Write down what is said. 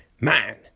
Man